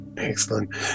Excellent